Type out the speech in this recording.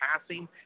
passing